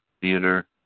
theater